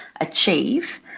achieve